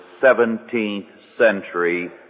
17th-century